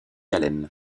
allen